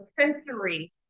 sensory